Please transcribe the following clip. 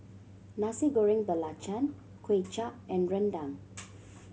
Nasi Goreng Belacan Kuay Chap and rendang